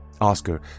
Oscar